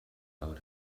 out